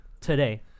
Today